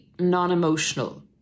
non-emotional